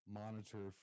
monitor